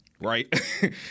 right